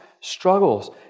struggles